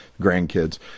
grandkids